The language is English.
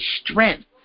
strength